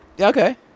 Okay